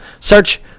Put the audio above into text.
Search